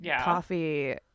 coffee